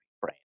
brain